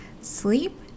sleep